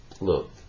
look